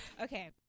okay